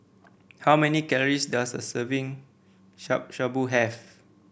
how many calories does a serving Shabu Shabu have